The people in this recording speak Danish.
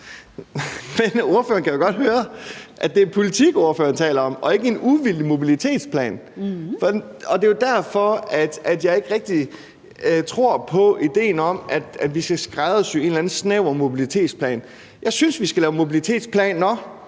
Spørgeren kan jo godt høre, at det er politik, spørgeren taler om, og ikke en uvildig mobilitetsplan, og det er derfor, at jeg ikke rigtig tror på idéen om, at vi skal skræddersy en eller anden snæver mobilitetsplan. Jeg synes, vi skal lave mobilitetsplaner,